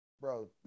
bro